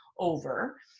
over